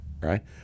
Right